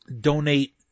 donate